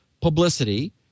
publicity